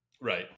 Right